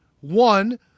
one